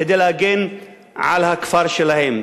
כדי להגן על הכפר שלהם.